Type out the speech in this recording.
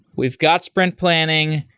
we've got sprint planning.